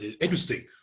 interesting